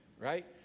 right